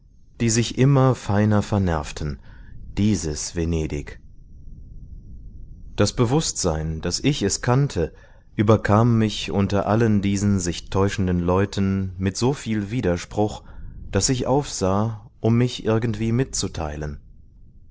die sich immer feiner vernervten dieses venedig das bewußtsein daß ich es kannte überkam mich unter allen diesen sich täuschenden leuten mit so viel widerspruch daß ich aufsah um mich irgendwie mitzuteilen